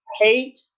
hate